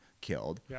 killed